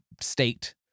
state